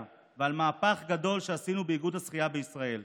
ועל מהפך גדול שעשינו באיגוד השחייה בישראל,